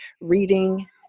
reading